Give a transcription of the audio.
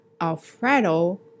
Alfredo